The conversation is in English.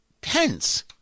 Pence